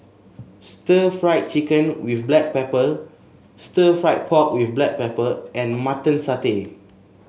stir Fry Chicken with Black Pepper stir fry pork with Black Pepper and Mutton Satay